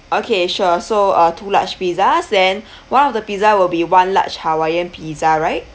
okay sure so uh two large pizzas then one of the pizza will be one large hawaiian pizza right